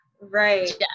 right